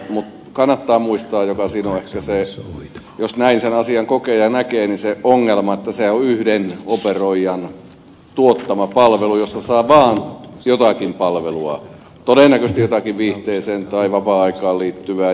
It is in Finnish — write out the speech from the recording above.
mutta kannattaa muistaa että ongelma siinä ehkä on se jos näin sen asian kokee ja näkee että se on yhden operoijan tuottama palvelu josta saa vain jotakin palvelua todennäköisesti jotakin viihteeseen tai vapaa aikaan liittyvää